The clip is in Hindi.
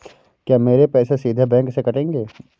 क्या मेरे पैसे सीधे बैंक से कटेंगे?